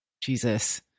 Jesus